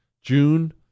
June